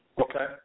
Okay